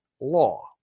law